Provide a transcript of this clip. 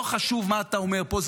לא חשוב מה אתה אומר פה.